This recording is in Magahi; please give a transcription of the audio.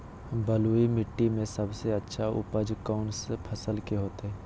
बलुई मिट्टी में सबसे अच्छा उपज कौन फसल के होतय?